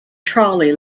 trolley